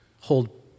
hold